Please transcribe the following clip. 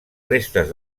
restes